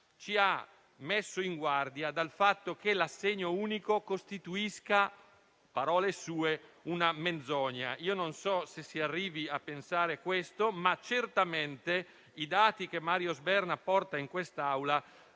ci ha messo in guardia dal fatto che l'assegno unico costituisca - parole sue - «una menzogna». Io non so se si arrivi a pensare questo, ma certamente i dati che Mario Sberna porta in quest'Aula